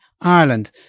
Ireland